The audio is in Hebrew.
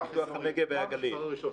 פיתוח הגנב והגליל.